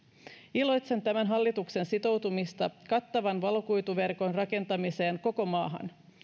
iloitsen tämän hallituksen sitoutumisesta kattavan valokuituverkon rakentamiseen koko maahan